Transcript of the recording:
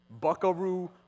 Buckaroo